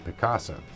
Picasa